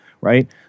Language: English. right